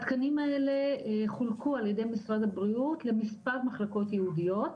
התקנים האלה חולקו על ידי משרד הבריאות למספר מחלקות ייעודיות,